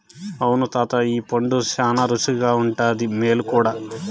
అవును తాతా ఈ పండు శానా రుసిగుండాది, మేలు కూడా